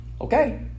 Okay